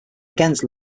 against